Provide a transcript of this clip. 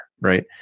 right